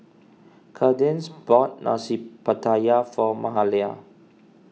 Cadence bought Nasi Pattaya for Mahalia